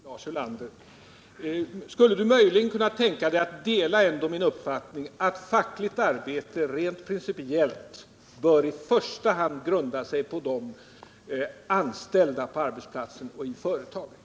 Herr talman! Får jag bara fråga Lars Ulander om han möjligen skulle kunna tänka sig att dela min uppfattning, att fackligt arbete rent principiellt i första hand bör grunda sig på de anställda på arbetsplatsen eller i företaget?